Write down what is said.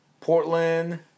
Portland